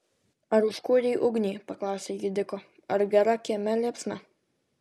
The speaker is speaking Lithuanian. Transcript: ar užkūrei ugnį paklausė ji diko ar gera kieme liepsna